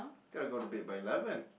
got to go to bed by eleven